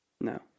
No